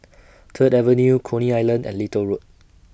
Third Avenue Coney Island and Little Road